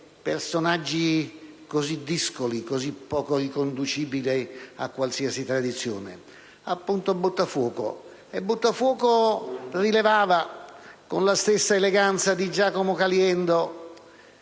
personaggi così discoli, così poco riconducibili a qualsiasi tradizione: appunto, Buttafuoco. E Buttafuoco rilevava, con la stessa eleganza di Giacomo Caliendo,